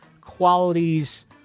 qualities